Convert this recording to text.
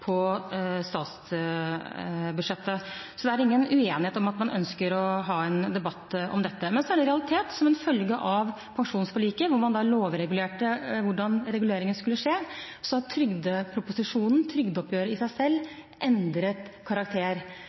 på statsbudsjettet. Så det er ingen uenighet om at man ønsker å ha en debatt om dette. Men så er det en realitet at som en følge av pensjonsforliket, hvor man lovregulerte hvordan reguleringen skulle skje, har trygdeproposisjonen, trygdeoppgjøret i seg selv, endret karakter.